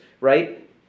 right